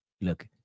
Look